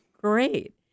Great